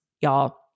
y'all